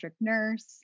nurse